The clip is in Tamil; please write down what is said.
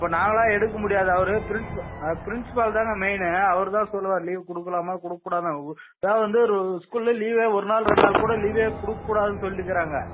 இப்போ நாங்களாக எடுக்க முடியாது அவரு பிரின்ஸ்பால் பிரின்ஸ்பால் தான்ங்க மெய்னு அவர் தான் சொல்வாரு லீவு கொடுக்கலாமா கொடுக்கூடாதா எதாவது வந்து ஒரு ஸ்கூலில் லீவே ஒரு நாள் ரெண்டு நாள் கூட லீவே கொடுக்கூடாதுன் சொல்லிக்கிறாங்க